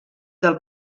del